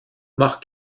mach